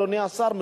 אדוני השר,